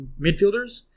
midfielders